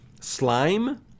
slime